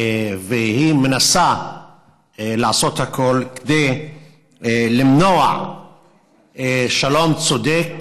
והיא מנסה לעשות הכול כדי למנוע שלום צודק,